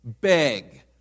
Beg